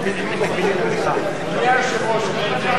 גם ועדת הכלכלה,